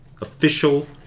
official